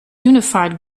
unified